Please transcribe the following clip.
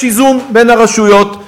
יש איזון בין הרשויות.